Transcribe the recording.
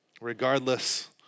regardless